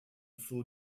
seau